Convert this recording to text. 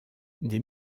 des